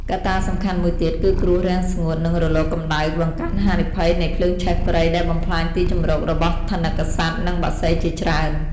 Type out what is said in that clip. កត្តាសំខាន់មួយទៀត គឺគ្រោះរាំងស្ងួត និងរលកកម្ដៅបង្កើនហានិភ័យនៃភ្លើងឆេះព្រៃ ដែលបំផ្លាញទីជម្រករបស់ថនិកសត្វ និងបក្សីជាច្រើន។